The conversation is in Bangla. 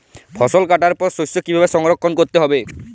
ফসল কাটার পর শস্য কীভাবে সংরক্ষণ করতে হবে?